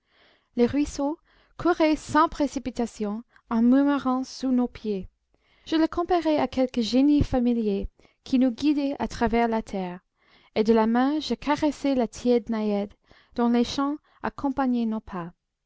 le ruisseau courait sans précipitation en murmurant sous nos pieds je le comparais à quelque génie familier qui nous guidait à travers la terre et de la main je caressais la tiède naïade dont les chants accompagnaient nos pas